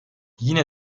yine